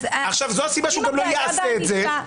זו הסיבה שהוא גם לא יעשה את זה.